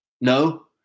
no